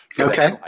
Okay